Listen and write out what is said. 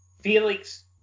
Felix